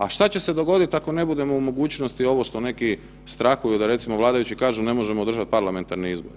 A što će se dogoditi ako ne budemo u mogućnosti ovo što neki strahuju da, recimo, vladajući kažu, ne možemo održati parlamentarne izbore?